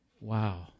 Wow